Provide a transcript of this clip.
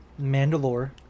Mandalore